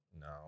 No